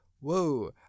whoa